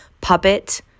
puppet